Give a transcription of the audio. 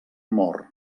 mor